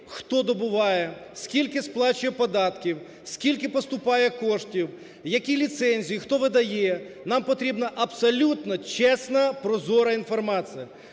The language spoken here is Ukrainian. хто добуває, скільки сплачує податків, скільки поступає коштів, які ліцензії, хто видає? Нам потрібна абсолютно чесна, прозора інформація